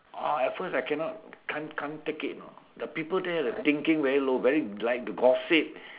oh at first I cannot can't can't take it know the people there the thinking very low very like to gossip